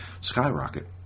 skyrocket